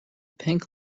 pink